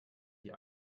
die